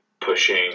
pushing